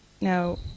now